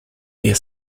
their